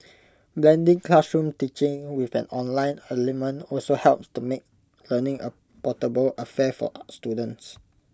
blending classroom teaching with an online element also helps to make learning A portable affair for students